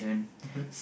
mmhmm